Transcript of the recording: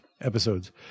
episodes